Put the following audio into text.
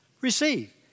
receive